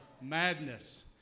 madness